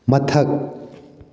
ꯃꯊꯛ